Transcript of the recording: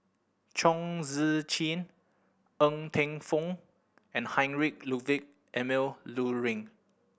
Chong Tze Chien Ng Teng Fong and Heinrich Ludwig Emil Luering